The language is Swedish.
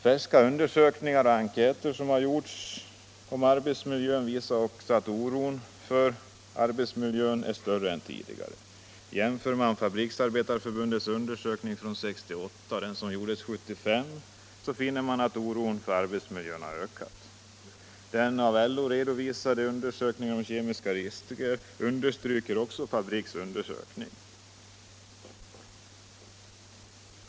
| Färska undersökningar och enkäter som gjorts bekräftar att oron för arbetsmiljön är större nu än tidigare. Jämför man Fabriksarbetareförbundets undersökning från 1968 och den nu 1975, så finner man att oron för arbetsmiljön har ökat. Den av LO redovisade undersökningen av kemiska risker understryker också Fabriks undersökning.